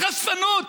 החשפנות,